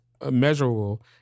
immeasurable